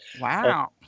Wow